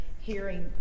hearing